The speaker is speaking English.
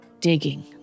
digging